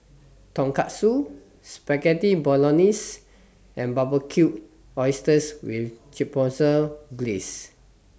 Tonkatsu Spaghetti Bolognese and Barbecued Oysters with Chipotle Glaze